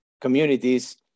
communities